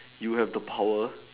you have the power